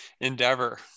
endeavor